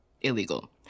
illegal